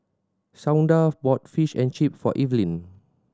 Shawnda bought Fish and Chips for Evelyn